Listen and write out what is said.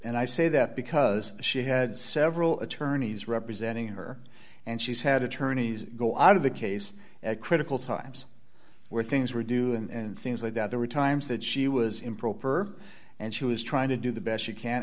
and i say that because she had several attorneys representing her and she's had attorneys go out of the case at critical times where things were due and things like that there were times that she was improper and she was trying to do the best she can